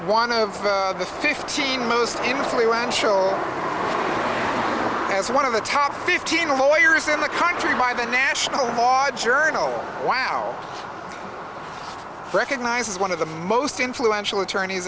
one of the fifteen most influential as one of the top fifteen lawyers in the country by the national model journal wow recognizes one of the most influential attorneys